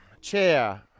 Chair